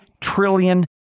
trillion